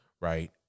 right